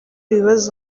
ibibazo